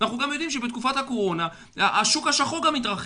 אנחנו יודעים שבתקופת הקורונה השוק השחור גם התרחב.